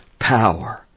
power